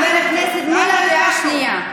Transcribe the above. חבר הכנסת מולה, קריאה שנייה.